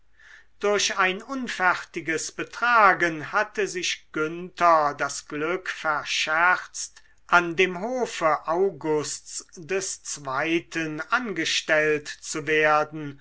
durch ein unfertiges betragen hatte sich günther das glück verscherzt an dem hofe augusts des zweiten angestellt zu werden